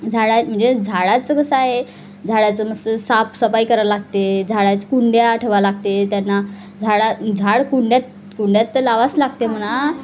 झाडा म्हणजे झाडाचं कसं आहे झाडाचं मस्त साफसफाई करावं लागते झाडाच्या कुंड्या ठेवा लागते त्यांना झाडा झाड कुंड्यात कुंड्यात तर लावावंच लागते म्हणा